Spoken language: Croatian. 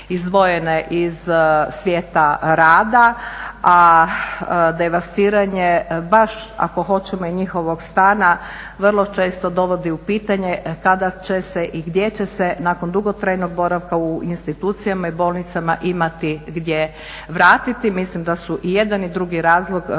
izdvojene iz svijeta rada, a devastiranje baš ako hoćemo i njihovog stana vrlo često dovodi u pitanje kada će se i gdje će se nakon dugotrajnog boravka u institucijama i bolnicama imati gdje vratiti. Mislim da su i jedan i drugi razlog vrlo